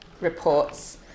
reports